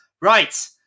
right